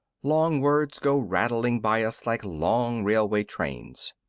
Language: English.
long words go rattling by us like long railway trains.